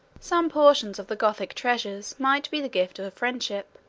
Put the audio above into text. some portion of the gothic treasures might be the gift of friendship,